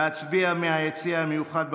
להצביע מהיציע המיוחד במליאה,